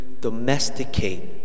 domesticate